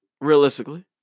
realistically